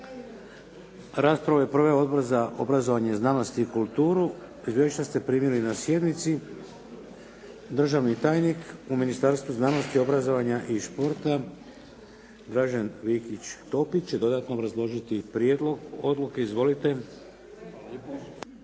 Raspravu je proveo Odbor za obrazovanje, znanost i kulturu. Izvješća ste primili na sjednici. Državni tajnik u Ministarstvu znanosti, obrazovanja i športa Dražen Vikić Topić će dodatno obrazložiti prijedlog odluke. Izvolite.